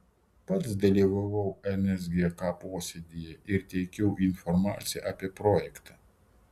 pats dalyvavau nsgk posėdyje ir teikiau informaciją apie projektą